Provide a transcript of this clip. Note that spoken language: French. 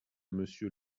monsieur